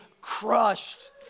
crushed